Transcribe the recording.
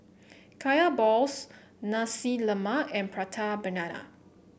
Kaya Balls Nasi Lemak and Prata Banana